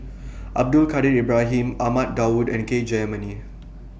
Abdul Kadir Ibrahim Ahmad Daud and K Jayamani